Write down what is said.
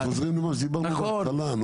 אנחנו חוזרים למה שדיברנו בהתחלה נו.